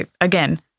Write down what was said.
again